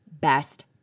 best